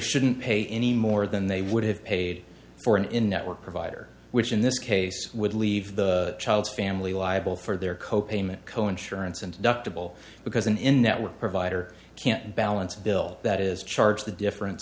shouldn't pay any more than they would have paid for an in network provider which in this case would leave the child's family liable for their co payment co insurance and dr bill because in in network provider can't balance a bill that is charged the difference